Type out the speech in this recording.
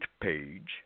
page